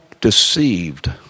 deceived